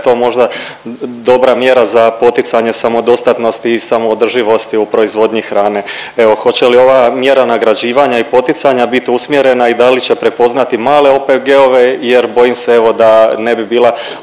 to možda dobra mjera za poticanje samodostatnosti i samo održivosti u proizvodnji hrane. Evo hoće li ova mjera nagrađivanja i poticanja bit usmjerena i da li će prepoznati male OPG-ove jer bojim se evo da ne bi bila